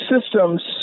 systems